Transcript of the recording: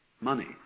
money